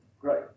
Great